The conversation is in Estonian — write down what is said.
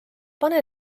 pane